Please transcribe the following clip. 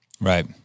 Right